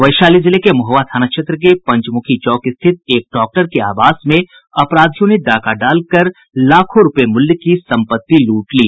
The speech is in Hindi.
वैशाली जिले के महुआ थाना क्षेत्र के पंचमुखी चौक स्थित एक डॉक्टर के आवास में अपराधियों ने डाका डालकर लाखों रूपये मूल्य की संपत्ति लूट ली